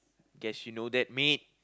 guess you know that mate